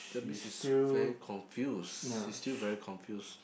that means is very confuse she still very confuse